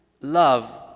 love